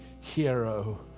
hero